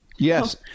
Yes